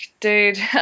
dude